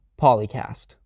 Polycast